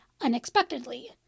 unexpectedly